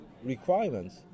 requirements